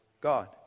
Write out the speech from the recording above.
God